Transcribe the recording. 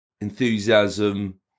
enthusiasm